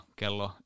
kello